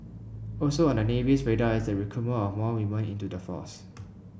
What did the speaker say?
also on the Navy's radar is the recruitment of more women into the force